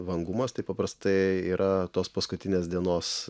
vangumas tai paprastai yra tos paskutinės dienos